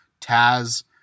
Taz